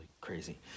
crazy